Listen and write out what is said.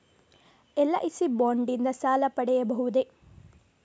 LIC bond ನಿಂದ ಸಾಲ ಪಡೆಯಬಹುದೇ?